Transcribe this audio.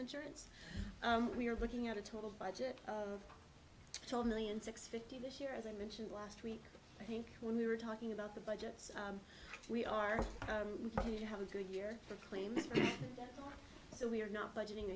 insurance we're looking at a total budget of toll million six fifty this year as i mentioned last week i think when we were talking about the budgets we are probably have a good year for claims so we are not budgeting